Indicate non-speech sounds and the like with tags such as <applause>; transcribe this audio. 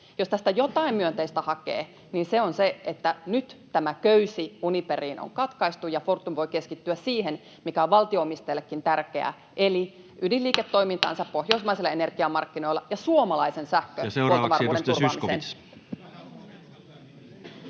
Jos tästä jotain myönteistä hakee, niin se on se, että nyt tämä köysi Uniperiin on katkaistu ja Fortum voi keskittyä siihen, mikä on valtio-omistajallekin tärkeää, eli ydinliiketoimintaansa <noise> pohjoismaisilla energiamarkkinoilla ja suomalaisen sähkön huoltovarmuuden turvaamiseen.